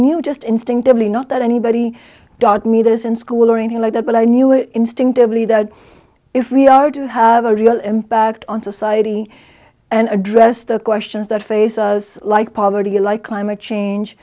knew just instinctively not that anybody dogmeat is in school or anything like that but i knew instinctively that if we are to have a real impact on society and address the questions that face us like poverty like climate change